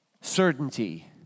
certainty